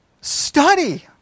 Study